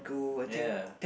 ya